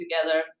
together